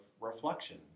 reflection